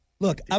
Look